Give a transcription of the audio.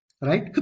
Right